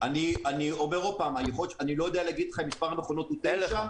אני אומר שוב: אני לא יודע להגיד לך אם מספר המכונות הוא תשע,